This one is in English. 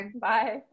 bye